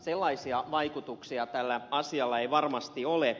sellaisia vaikutuksia tällä asialla ei varmasti ole